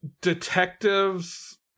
detectives